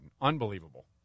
Unbelievable